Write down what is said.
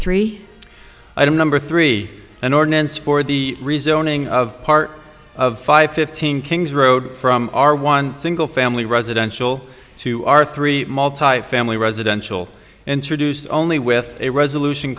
don't number three an ordinance for the rezoning of part of five fifteen kings road from our one single family residential to our three multifamily residential introduced only with a resolution